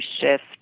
shift